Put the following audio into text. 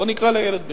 בוא נקרא לילד בשמו,